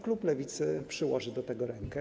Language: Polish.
Klub Lewicy przyłoży do tego rękę.